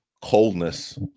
coldness